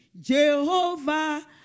Jehovah